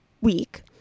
week